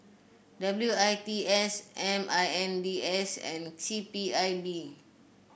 W I T S M I N D S and C P I B